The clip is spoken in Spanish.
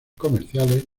comerciales